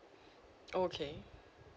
okay